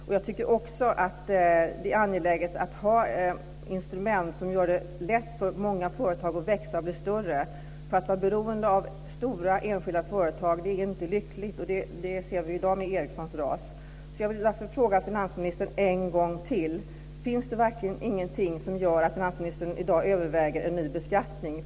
Det är också angeläget att ha instrument som gör det lätt för företag att växa och bli större. Det är inte lyckligt att vara beroende av stora, enskilda företag - det kan vi se i dag i och med raset för Ericsson. Finns det verkligen ingenting som gör att finansministern i dag överväger en ny beskattning?